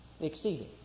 Exceeding